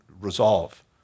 resolve